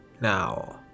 Now